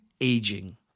aging